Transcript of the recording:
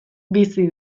bizi